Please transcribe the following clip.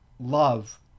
love